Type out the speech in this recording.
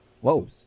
Whoa